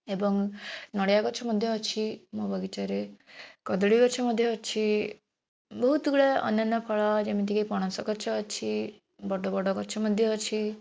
ଏବଂ ନଡ଼ିଆ ଗଛ ମଧ୍ୟ ଅଛି ମୋ ବଗିଚାରେ କଦଳୀ ଗଛ ମଧ୍ୟ ଅଛି ବହୁତ ଗୁଡ଼ାଏ ଅନ୍ୟାନ୍ୟ ଫଳ ଯେମିତିକି ପଣସ ଗଛ ଅଛି ବଡ଼ ବଡ଼ ଗଛ ମଧ୍ୟ ଅଛି